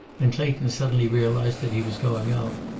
and clayton suddenly realized that he was going out.